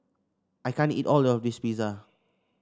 I can't eat all of this Pizza